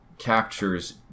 captures